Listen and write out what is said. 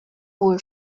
wohl